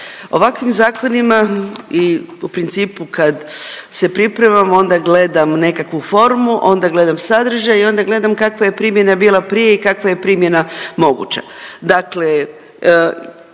Ovakvim zakonima i u principu kad se pripremamo onda gledam nekakvu formu, onda gledam sadržaj i onda gledam kakva je primjena bila prije i kakva je primjena moguća.